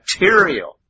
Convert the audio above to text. material